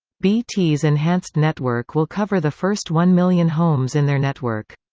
bt's enhanced network will cover the first one million homes in their network.